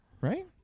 right